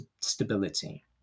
stability